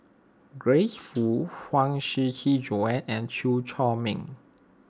Grace Fu Huang Shiqi Joan and Chew Chor Meng